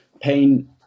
Pain